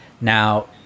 Now